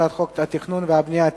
הצעת חוק התכנון והבנייה (תיקון,